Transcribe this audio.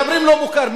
מדברים: לא מוכר.